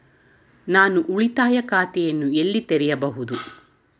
ನಾನು ಉಳಿತಾಯ ಖಾತೆಯನ್ನು ಎಲ್ಲಿ ತೆರೆಯಬಹುದು?